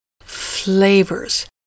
flavors